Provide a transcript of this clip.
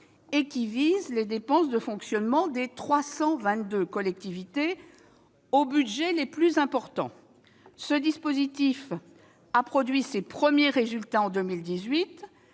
qui visent les dépenses de fonctionnement des 322 collectivités territoriales aux budgets les plus importants. Ce dispositif a produit ses premiers résultats en 2018